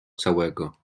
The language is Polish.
całego